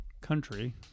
country